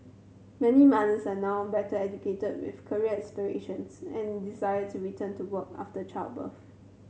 many mothers are now better educated with career aspirations and desire to return to work after childbirth